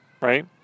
right